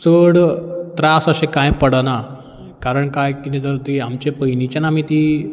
चड त्रास अशें कांय पडना कारण कांय कितें तर ती आमच्या पयलींच्यान आमी